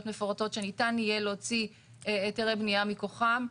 מפורטות שניתן יהיה להוציא היתרי בניה מכוחן.